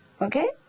okay